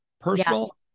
personal